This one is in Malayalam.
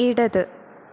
ഇടത്